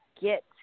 get